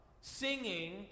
Singing